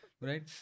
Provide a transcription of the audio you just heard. right